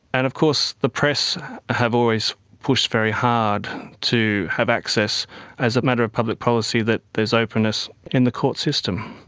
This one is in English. and of course the press have always pushed very hard to have access as matter of public policy that there is openness in the court system.